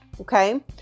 Okay